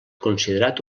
considerat